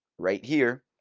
right here,